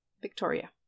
Victoria